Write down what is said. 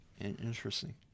Interesting